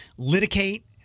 Litigate